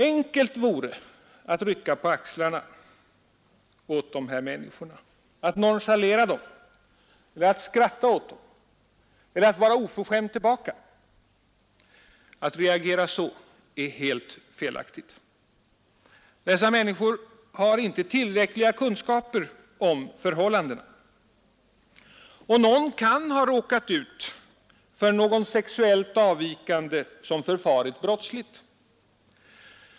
Enkelt vore att rycka på axlarna åt dessa människor, att nonchalera dem, att skratta eller att vara oförskämd tillbaka. Att reagera så vore emellertid helt felaktigt. Dessa människor har inte tillräckliga kunskaper om förhållandena. Någon kan ha råkat ut för någon sexuellt avvikande som förfarit brottsligt.